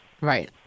Right